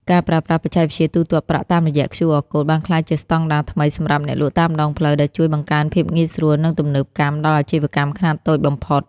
ការប្រើប្រាស់បច្ចេកវិទ្យាទូទាត់ប្រាក់តាមរយៈQR Code បានក្លាយជាស្តង់ដារថ្មីសម្រាប់អ្នកលក់តាមដងផ្លូវ ដែលជួយបង្កើនភាពងាយស្រួល និងទំនើបកម្មដល់អាជីវកម្មខ្នាតតូចបំផុត។